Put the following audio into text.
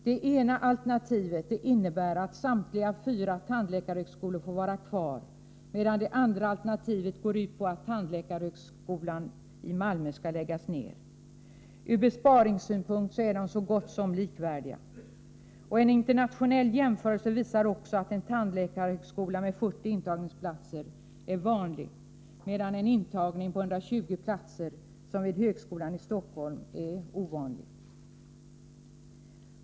Det ena alternativet innebär att samtliga fyra tandläkarhögskolor får vara kvar, medan det andra alternåtivet går ut på att tandläkarhögskolan i Malmö skall läggas ner. Ur besparingssynpunkt är de så gott som likvärdiga. En internationell jämförelse visar också att en tandläkarhögskola med 40 intagningsplatser är vanlig, medan 120 platser, som vid högskolan i Stockholm, är någonting ovanligt.